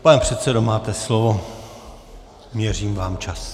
Pane předsedo, máte slovo, měřím vám čas.